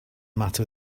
matter